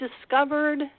discovered